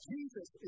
Jesus